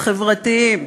החברתיים,